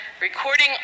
recording